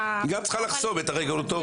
היא גם צריכה לחסום את הרגולטורים.